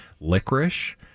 Licorice